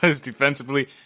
defensively